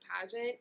pageant